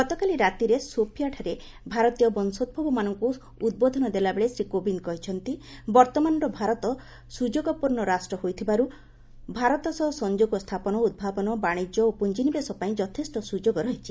ଗତକାଲି ରାତିରେ ସୋଫିଆଠାରେ ଭାରତୀୟ ବଂଶୋଭବମାନଙ୍କୁ ଉଦ୍ବୋଧନ ଦେଲାବେଳେ ଶ୍ରୀ କୋବିନ୍ଦ କହିଛନ୍ତି ବର୍ତ୍ତମାନର ଭାରତ ସୁଯୋଗପୂର୍ଣ୍ଣ ରାଷ୍ଟ୍ର ହୋଇଥିବାରୁ ଭାରତ ସହ ସଂଯୋଗ ସ୍ଥାପନ ଉଦ୍ଭାବନ ବାଣିଜ୍ୟ ଓ ପୁଞ୍ଜି ନିବେଶ ପାଇଁ ଯଥେଷ୍ଟ ସୁଯୋଗ ରହିଛି